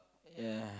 ya